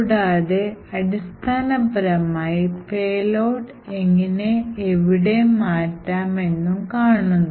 കൂടാതെ അടിസ്ഥാനപരമായി payload എങ്ങിനെ എവിടെ മാറ്റാം എന്നും കാണുന്നു